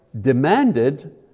demanded